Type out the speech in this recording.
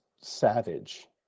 savage